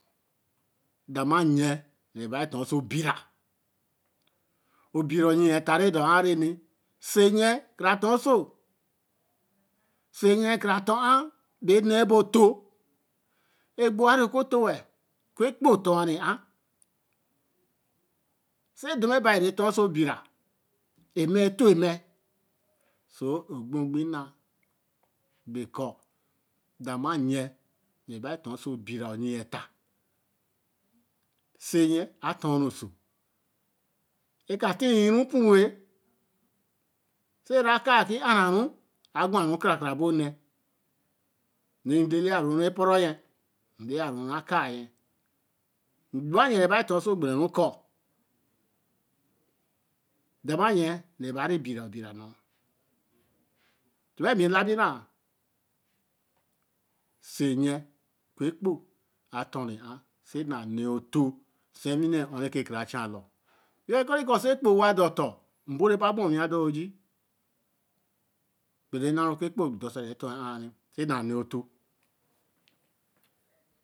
da maa yen. re bāre tor so bīīna obira yen e-ta re do āa ere nī se yen ka ra ton oso. se yen ka ra tor āā. be ne be oto. e gbo re oku otowa. o ku kpo tor wa a-n. se da m̄m̄e baī re tor sobira enīme e-to emme. so o pio pi na be ko. dama yen. re baretor oso bir oye yen e-ta. se yen a tor re oso. e ka tire ru po we-l se re kaā kī ā ra nu. a gwa ruka ra ka ra bo ne. re beberu ra pōre yen nbe ru re kāā ye. dama yen re bere tor oso gbere ruko. da-ma yen rebare bīra obira. tīmme bi la bi r̄āā. se yen oku ekpo a tor re ār sī nāā nēē o to siewine ho re ka ra cha lor. we-kore ko se kpo owe dor oton mbo re ba ma owi adaā oj̄ij̄ī. m̄me nu nāā o ku kpo du se e-tor ār ne se nāā nēē o-to